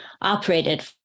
operated